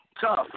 Tough